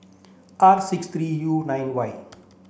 R six three U nine Y